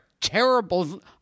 terrible